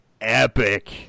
epic